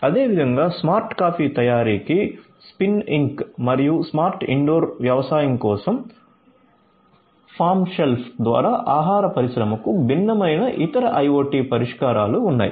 అదేవిధంగా smart coffee తయారీకి spin ink ద్వారా ఆహార పరిశ్రమకు భిన్నమైన ఇతర ఐయోటి పరిష్కారాలు ఉన్నాయి